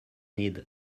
need